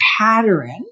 pattern